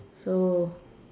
so